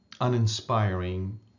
uninspiring